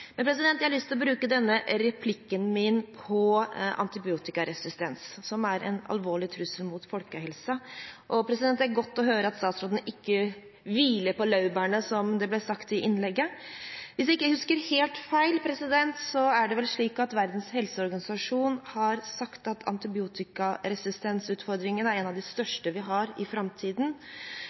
Jeg har lyst til å bruke denne replikken på antibiotikaresistens, som er en alvorlig trussel mot folkehelsen, og det er godt å høre at statsråden ikke hviler på sine laurbær, som det ble sagt i innlegget. Hvis jeg ikke husker helt feil, er det vel slik at Verdens helseorganisasjon har sagt at antibiotikaresistensutfordringen er en av de største vi har i framtiden.